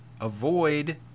Avoid